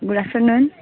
good afternoon